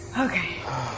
Okay